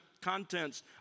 contents